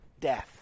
death